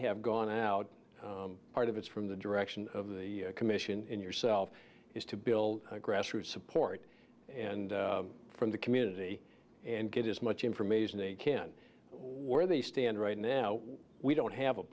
have gone out part of it from the direction of the commission and yourself is to build a grassroots support and from the community and get as much information they can where they stand right now we don't have a